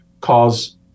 cause